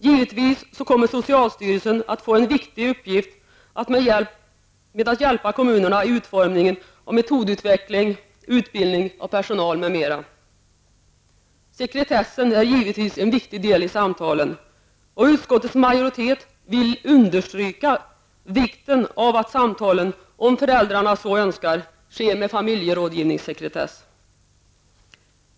Givetvis kommer socialstyrelsen att få en viktig uppgift i att hjälpa kommunerna med utvecklingen av metoder, utbildning av personal m.m. Sekretessen är givetvis en viktig del i samtalen, och utskottets majoritet vill understryka vikten av att samtalen, om föräldrarna så önskar, sker med familjerådgivningssekretess.